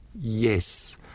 Yes